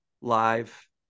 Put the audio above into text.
live